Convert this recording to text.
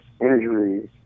injuries